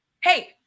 hey